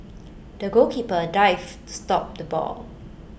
the goalkeeper dived stop the ball